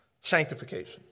Sanctification